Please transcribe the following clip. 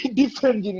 different